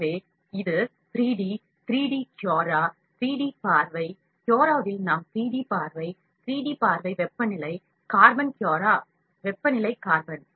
எனவே இது 3D 3 D Cura 3D பார்வை Cura இல் நாம் 3D பார்வை 3D பார்வை வெப்பநிலை கார்பன் குரா வெப்பநிலை கார்பன்